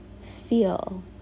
feel